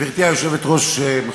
גברתי היושבת-ראש,